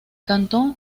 cantón